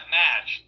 match